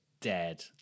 dead